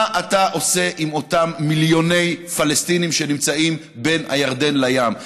מה אתה עושה עם אותם מיליוני פלסטינים שנמצאים בין הירדן לים?